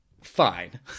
Fine